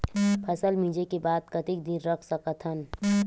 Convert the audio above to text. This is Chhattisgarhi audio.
फसल मिंजे के बाद कतेक दिन रख सकथन?